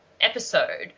episode